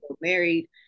married